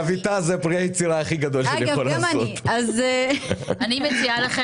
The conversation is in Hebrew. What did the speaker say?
אני מציעה לכם